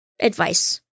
advice